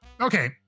Okay